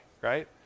right